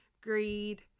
greed